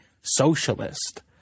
socialist